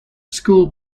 school